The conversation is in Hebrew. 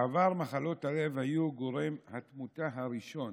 בעבר מחלות הלב היו גורם התמותה הראשון,